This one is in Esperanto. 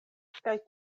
kaj